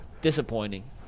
disappointing